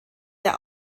der